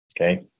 Okay